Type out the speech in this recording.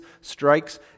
strikes